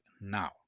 now